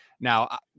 Now